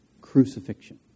crucifixion